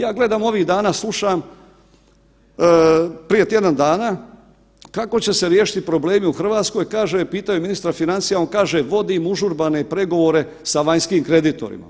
Ja gledam, ovih dana slušam, prije tjedan dana, kako će se riješiti problemi u RH, kaže, pitaju ministra financija, on kaže vodim užurbane pregovore sa vanjskim kreditorima.